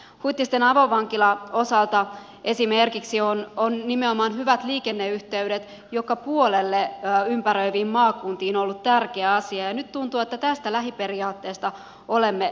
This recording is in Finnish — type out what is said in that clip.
huittisten avovankilan osalta esimerkiksi nimenomaan hyvät liikenneyhteydet joka puolelle ympäröiviin maakuntiin on ollut tärkeä asia ja nyt tuntuu että tästä lähiperiaatteesta olemme luopumassa